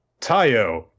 Tayo